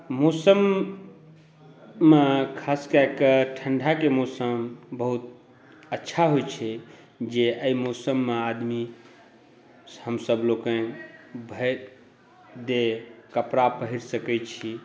मौसममे खास कए कऽ ठण्डाके मौसम बहुत अच्छा होइ छै जे एहि मौसममे आदमी हमसब लोकनि भरि देह कपड़ा पहिर सकै छी